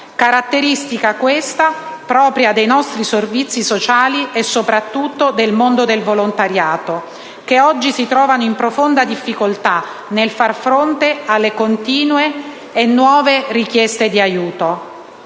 caratteristica, questa, propria dei nostri servizi sociali e soprattutto del mondo del volontariato, settori che oggi si trovano in profonda difficoltà nel far fronte alle continue e nuove richieste di aiuto.